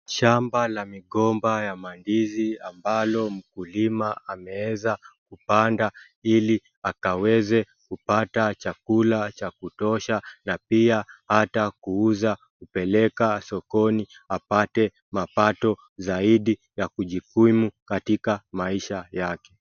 Shamba la migomba ya mandizi ambalo mkulima ameeza kupanda ili akaweze kupata chakula cha kutosha na pia ata kuuza, kupeleka sokoni apate mapato zaidi ya kujikimu katika maisha yake.